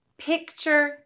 Picture